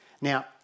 Now